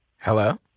Hello